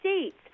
States